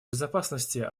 безопасности